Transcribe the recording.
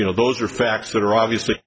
you know those are facts that are obviously